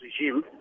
regime